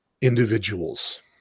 individuals